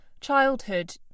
childhood